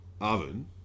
oven